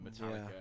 Metallica